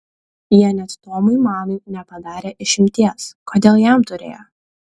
jie net tomui manui nepadarė išimties kodėl jam turėjo